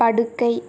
படுக்கை